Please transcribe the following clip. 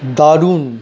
দারুন